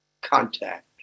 contact